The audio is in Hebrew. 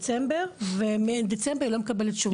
דצמבר ומדצמבר היא לא מקבלת שום דבר.